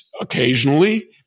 occasionally